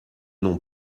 non